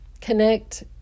connect